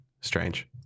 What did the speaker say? strange